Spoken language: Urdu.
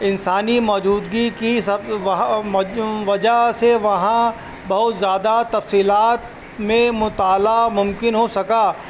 انسانی موجودگی کی سب وجہ سے وہاں بہت زیادہ تفصیلات میں مطالعہ ممکن ہو سکا